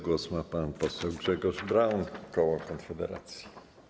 Głos ma pan poseł Grzegorz Braun, koło Konfederacji.